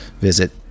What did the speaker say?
Visit